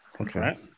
Okay